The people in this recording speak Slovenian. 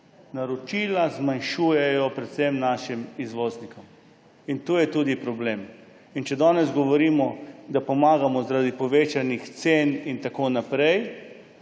Naročila se zmanjšujejo predvsem našim izvoznikom. In to je tudi problem. Če danes govorimo, da pomagamo zaradi povečanih cen elektrike